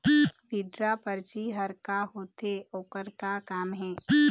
Withdraw परची हर का होते, ओकर का काम हे?